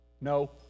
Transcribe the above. no